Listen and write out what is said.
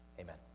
Amen